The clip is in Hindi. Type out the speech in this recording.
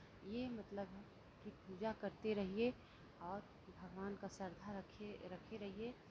ये मतलब है कि पूजा करते रहिये और भगवान का श्रद्धा रखिये रखे रहिये